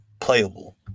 playable